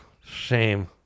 shame